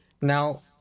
Now